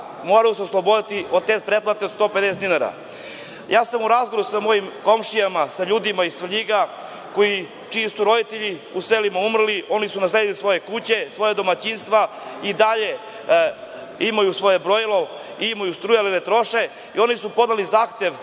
moraju osloboditi od TV pretplate od 150 dinara. Ja sam u razgovoru sa mojim komšijama, sa ljudima iz Svrljiga, čiji su roditelji u selima umrli, oni su nasledili svoje kuće, svoja domaćinstva i dalje imaju svoje brojilo i imaju struju, ali ne troše. Oni su podneli zahtev